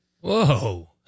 Whoa